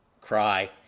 cry